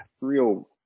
real